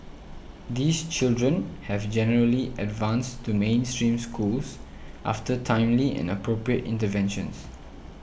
these children have generally advanced to mainstream schools after timely and appropriate intervention